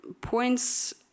points